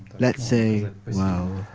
let's say, well,